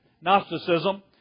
Gnosticism